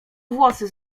włosy